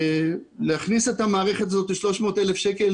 להכניס את המערכת הזאת שעלותה 300,000 שקלים